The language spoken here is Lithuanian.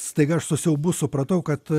staiga aš su siaubu supratau kad